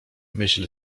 myśl